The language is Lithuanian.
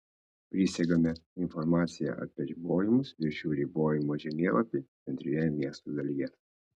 prisegame informaciją apie ribojimus ir šių ribojimų žemėlapį centrinėje miesto dalyje